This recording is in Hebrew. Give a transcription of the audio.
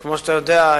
כמו שאתה יודע,